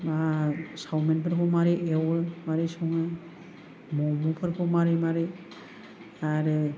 आर सावमिनफोरखौ मारै एवो मारै सङो म'म'फोरखौ मारै मारै आरो